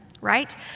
right